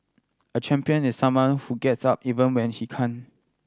a champion is someone who gets up even when he can